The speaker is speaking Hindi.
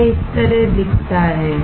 यह इस तरह दिखता है